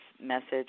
message